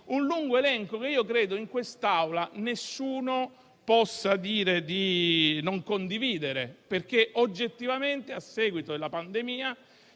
un lungo elenco che credo in quest'Aula nessuno possa dire di non condividere, perché oggettivamente, a seguito della pandemia,